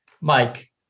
Mike